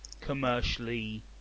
commercially